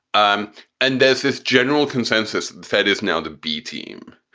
um and there's this general consensus. the fed is now the b-team,